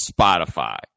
spotify